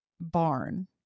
barn